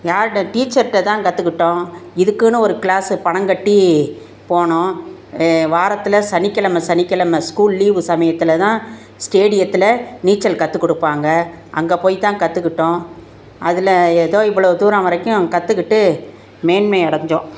யார்கிட்ட டீச்சர்கிட்ட தான் கற்றுக்கிட்டோம் இதுக்குனு ஒரு க்ளாஸு பணம் கட்டி போனோம் வாரத்தில் சனிக்கெழம சனிக்கெழம ஸ்கூல் லீவு சமயத்தில் தான் ஸ்டேடியத்தில் நீச்சல் கற்றுக் கொடுப்பாங்க அங்கே போய் தான் கற்றுக்கிட்டோம் அதில் ஏதோ இவ்வளோ தூரம் வரைக்கும் கற்றுக்கிட்டு மேன்மை அடைஞ்சோம்